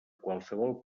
qualsevol